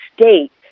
state